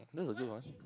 that's a good one